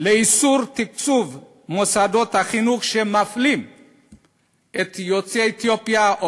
לאיסור תקצוב מוסדות חינוך שמפלים את יוצאי אתיופיה,